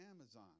Amazon